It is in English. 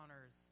honors